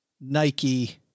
Nike